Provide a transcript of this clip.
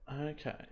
Okay